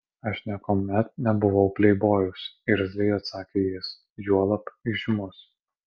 aš niekuomet nebuvau pleibojus irzliai atsakė jis juolab įžymus